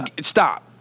Stop